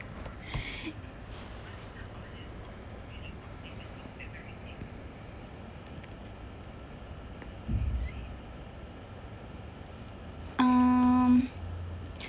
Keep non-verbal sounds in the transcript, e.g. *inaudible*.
*breath* mm